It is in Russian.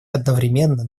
одновременно